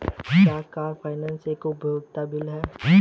क्या car finance एक उपयोगिता बिल है?